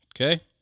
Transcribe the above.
Okay